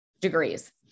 degrees